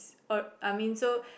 or I mean so